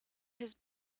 his